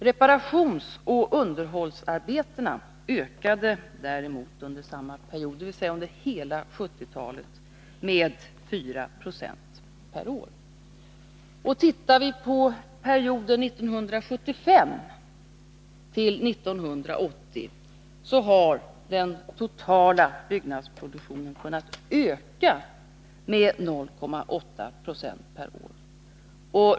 Reparationsoch undehållsarbetena ökade däremot under samma period med 4 96 per år. Om vi tittar på perioden 1975-1980, finner vi att den totala byggnadsproduktionen har kunnat öka med 0,8 26 per år.